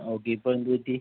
okay ഇപ്പം എന്ത് പറ്റി